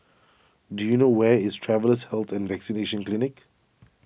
do you know where is Travellers' Health and Vaccination Clinic